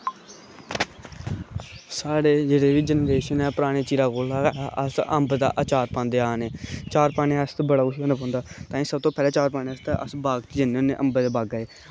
साढ़ी जेह्ड़ी जनरेशन ऐ पराने चिरा कोला गै अस अम्ब दा आचार पांदे आवा नै आचार पानै आस्तै बड़ा किश होंदा पैह्लें अस जन्ने होन्ने अम्बै दे बागै ई